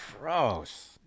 gross